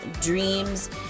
dreams